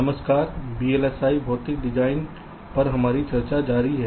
इसलिए वीएलएसआई भौतिक डिजाइन पर हमारी चर्चा जारी है